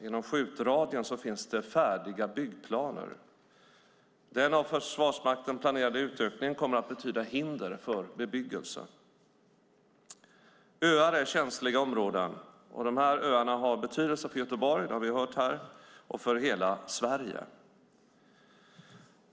Inom skjutradien finns det färdiga byggplaner. Den av Försvarsmakten planerade utökningen kommer att betyda hinder för bebyggelse. Öar är känsliga områden. De här öarna har betydelse för Göteborg, det har vi hört här, och för hela Sverige.